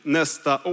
nästa